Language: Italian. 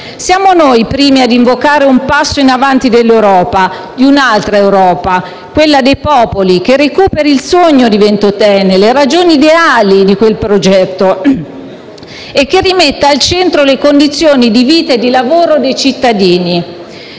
Siamo noi i primi a invocare un passo in avanti dell'Europa, di un' altra Europa, quella dei popoli, che recuperi il sogno di Ventotene, le ragioni ideali di quel progetto e che rimetta al centro le condizioni di vita e di lavoro dei cittadini.